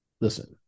listen